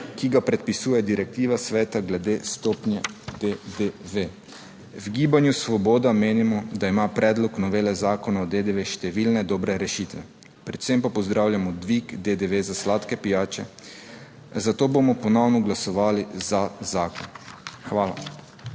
ki ga predpisuje direktiva Sveta glede stopnje DDV. V Gibanju Svoboda menimo, da ima predlog novele Zakona o DDV številne dobre rešitve, predvsem pa pozdravljamo dvig DDV za sladke pijače, zato bomo ponovno glasovali za zakon. Hvala.